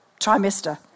trimester